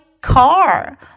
Car